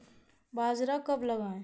बाजरा कब लगाएँ?